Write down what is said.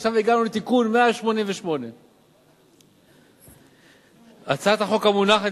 עכשיו הגענו לתיקון 188. הצעת החוק המונחת